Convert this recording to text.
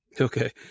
Okay